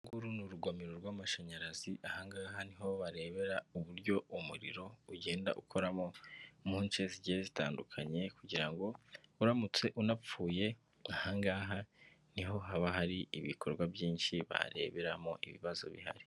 Uru nguru ni urugomero rw'amashanyarazi, aha ngaha ni ho barebera uburyo umuriro ugenda ukoramo, mu nce zigiye zitandukanye kugira ngo uramutse unapfuye, aha ngaha ni ho haba hari ibikorwa byinshi, bareberamo ibibazo bihari.